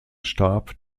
stab